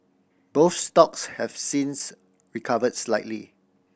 both stocks have since recovered slightly